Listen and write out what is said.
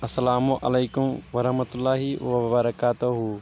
اسلام عليكم ورحمة الله وبركاته